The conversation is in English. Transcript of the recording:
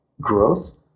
growth